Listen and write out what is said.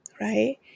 right